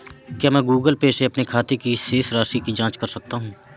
क्या मैं Google Pay से अपने खाते की शेष राशि की जाँच कर सकता हूँ?